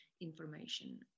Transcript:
information